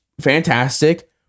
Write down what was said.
fantastic